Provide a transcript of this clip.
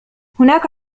هناك